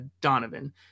Donovan